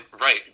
right